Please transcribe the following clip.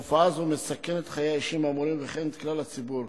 תופעה זו מסכנת את חיי האישים האמורים וכן את כלל הציבור,